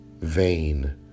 vain